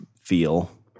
feel